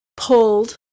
pulled